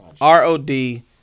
R-O-D